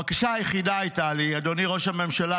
הבקשה היחידה שהייתה לי: אדוני ראש הממשלה,